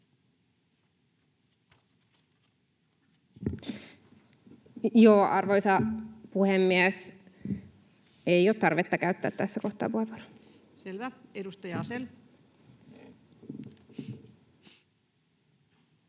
Arvoisa puhemies! Ei ole tarvetta käyttää tässä kohtaa puheenvuoroa.] — Selvä. — Edustaja Asell.